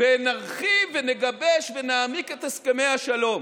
ונרחיב ונגבש ונעמיק את הסכמי השלום.